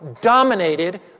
Dominated